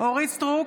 אורית מלכה סטרוק,